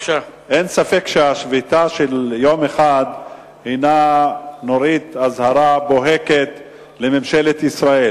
אין ספק שהשביתה של יום אחד היא נורית אזהרה בוהקת לממשלת ישראל.